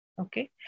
okay